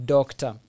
Doctor